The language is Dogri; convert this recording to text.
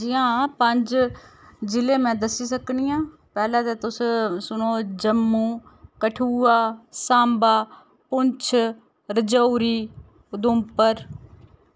जि'यां पंज जि'ले़ में दस्सी सकनी आं पैह्लें ते तुस सुनो जम्मू कठुआ सांबा पुंछ रजौरी उधमपुर